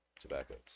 tobaccos